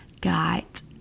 got